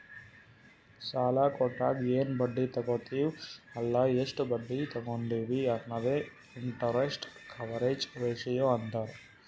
ಸಾಲಾ ಕೊಟ್ಟಾಗ ಎನ್ ಬಡ್ಡಿ ತಗೋತ್ತಿವ್ ಅಲ್ಲ ಎಷ್ಟ ಬಡ್ಡಿ ತಗೊಂಡಿವಿ ಅನ್ನದೆ ಇಂಟರೆಸ್ಟ್ ಕವರೇಜ್ ರೇಶಿಯೋ ಅಂತಾರ್